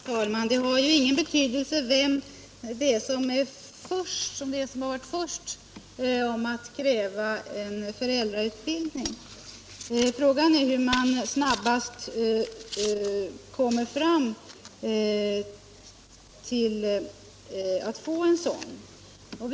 Herr talman! Det har ingen betydelse vem som har varit först om att kräva föräldrautbildning; frågan är hur man snabbast kommer fram till att få en sådan.